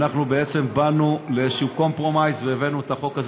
באנו לאיזשהו compromise והבאנו את החוק הזה.